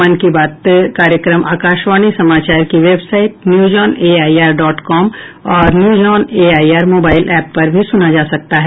मन की बात कार्यक्रम आकाशवाणी समाचार की वेबसाइट न्यूजऑनएआईआर डॉट कॉम और न्यूजऑनएआईआर मोबाईल एप पर भी सुना जा सकता है